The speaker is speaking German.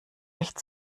nicht